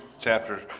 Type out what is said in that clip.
chapter